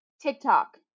TikTok